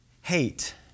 Hate